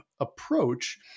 approach